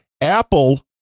Apple